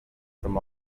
from